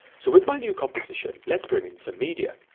so with my new composition let's bring in some media,